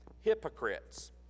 hypocrites